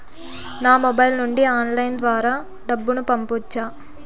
నా మొబైల్ నుండి ఆన్లైన్ ద్వారా డబ్బును పంపొచ్చా